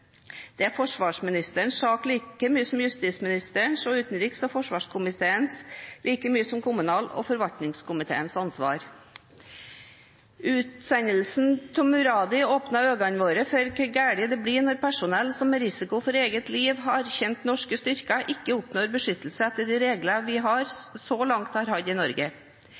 Det er forsvarsministerens sak like mye som det er justisministerens og utenriks- og forsvarskomiteens sak, like mye som det er kommunal- og forvaltningskomiteens ansvar. Utsendelsen av Faizullah Muradi åpnet øynene våre for hvor galt det blir når personell som med risiko for eget liv har tjent norske styrker, ikke oppnår beskyttelse etter de reglene vi så langt har hatt i Norge.